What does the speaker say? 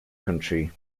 country